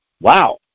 Wow